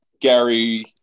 Gary